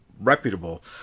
reputable